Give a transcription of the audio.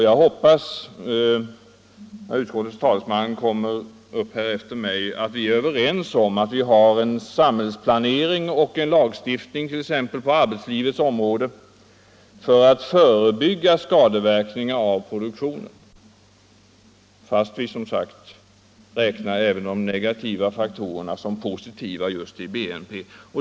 Jag hoppas att utskottets talesman är överens med mig om att vi har en samhällsplanering och en lagstiftning på t.ex. arbetslivets område som är till för att förebygga skadeverkningar av produktionen. Ändå räknar vi sådana negativa faktorer som positiva i vår BNP.